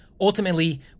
Ultimately